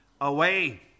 away